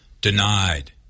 denied